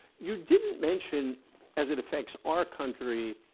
you didn't mention as it affects our country